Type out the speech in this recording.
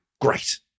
great